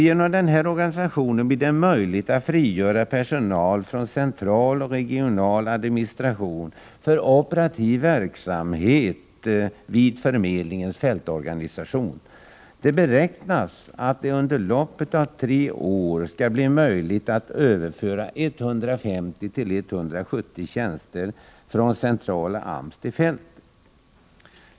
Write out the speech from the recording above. Genom omorganisationen blir det möjligt att frigöra personal för central och regional administration till den operativa verksamheten vid förmedlingens fältorganisation. Det beräknas att det under loppet av tre år skall bli möjligt att överföra 150-170 tjänster från centrala AMS till fältet.